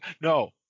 No